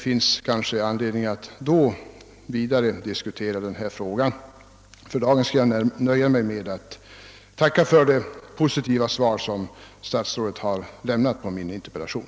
För dagen nöjer jag mig med att tacka för det positiva svar som statsrådet lämnat på min interpellation.